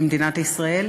במדינת ישראל,